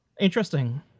Interesting